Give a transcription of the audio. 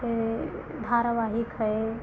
यह धारावाहिक है